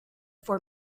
for